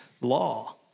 law